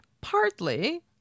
partly